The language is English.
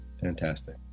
Fantastic